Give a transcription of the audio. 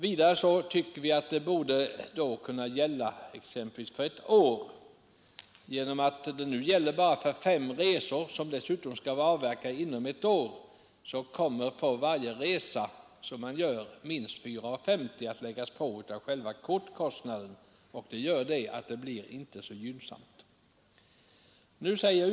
Vidare borde kortet kunna gälla exempelvis för ett år. Genom att det nu gäller bara för fem resor, som dessutom skall vara avverkade inom ett år, kommer på varje resa som man gör minst 4:50 att läggas på av själva kortkostnaden, och detta gör att det inte blir så gynnsamt med 67-kort.